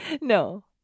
No